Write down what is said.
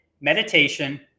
Meditation